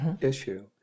issue